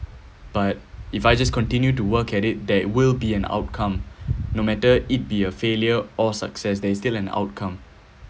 but if I just continue to work at it that will be an outcome no matter it be a failure or success there is still an outcome